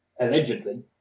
allegedly